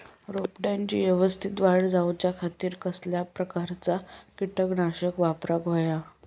रोपट्याची यवस्तित वाढ जाऊच्या खातीर कसल्या प्रकारचा किटकनाशक वापराक होया?